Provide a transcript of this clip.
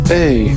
Hey